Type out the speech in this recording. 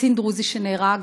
קצין דרוזי שנהרג